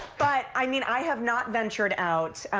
but i mean i have not ventured out.